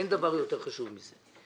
אין דבר יותר חשוב מזה.